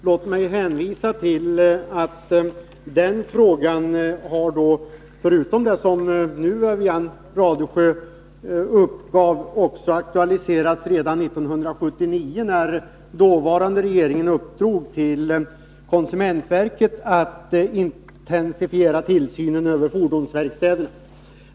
Låt mig hänvisa till att den frågan, förutom det som Wivi-Anne Radesjö nu uppgav, också har aktualiserats redan 1979, när dåvarande regeringen uppdrog åt konsumentverket att intensifiera tillsynen över fordonsverkstäderna.